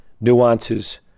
nuances